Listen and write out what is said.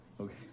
Okay